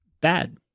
bad